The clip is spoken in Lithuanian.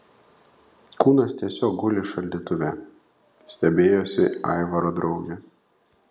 kūnas tiesiog guli šaldytuve stebėjosi aivaro draugė